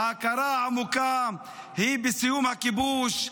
ההכרה העמוקה היא בסיום הכיבוש,